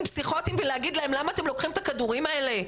פסיכיאטריים ולשאול למה הם לוקחים את הכדורים האלה?